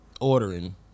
ordering